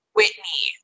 Whitney